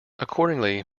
accordingly